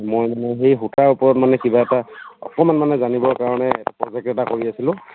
মই মানে এই সূতাৰ ওপৰত মানে কিবা এটা অকণমান মানে জানিবৰ কাৰণে প্ৰজেক্ট এটা কৰি আছিলোঁ